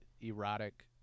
erotic